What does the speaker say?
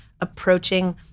approaching